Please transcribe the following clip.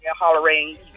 hollering